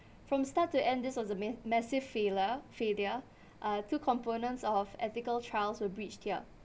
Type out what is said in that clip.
from start to end this was a ma~ massive faile~ failure uh two components of ethical trials will breach here